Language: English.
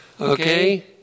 Okay